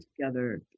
together